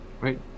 right